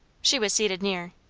she was seated near.